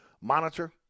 monitor